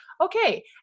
okay